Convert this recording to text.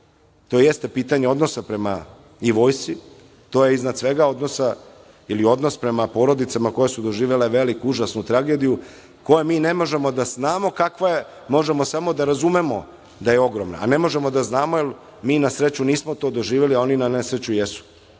to jeste pitanje odnosa prema i vojsci, to je iznad svega odnos prema porodicama koje su doživele veliku, užasnu tragediju, koju mi ne možemo da znamo kakva je, možemo samo da razumemo da je ogromna, a ne možemo da znamo jer mi na sreću nismo to doživeli, a oni na nesreću jesu.